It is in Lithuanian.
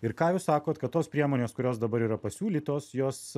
ir ką jūs sakot kad tos priemonės kurios dabar yra pasiūlytos jos